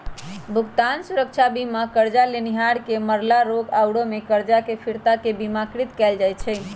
भुगतान सुरक्षा बीमा करजा लेनिहार के मरला, रोग आउरो में करजा के फिरता के बिमाकृत कयल जाइ छइ